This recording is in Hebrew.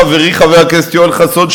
חברי חבר הכנסת יואל חסון,